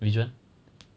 which one